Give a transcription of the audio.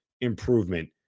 improvement